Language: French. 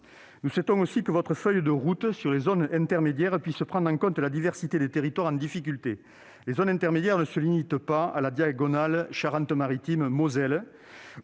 Nous souhaitons en outre que votre feuille de route sur les zones intermédiaires, les ZI, puisse prendre en compte la diversité des territoires en difficulté. Les ZI ne se limitent pas à la diagonale « Charente-Maritime-Moselle